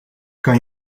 kan